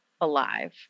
alive